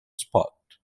spot